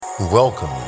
Welcome